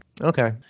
Okay